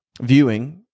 viewing